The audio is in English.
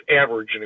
average